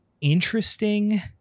interesting